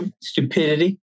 Stupidity